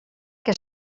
que